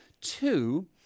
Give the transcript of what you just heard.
Two